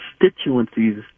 constituencies